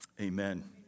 amen